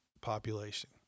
population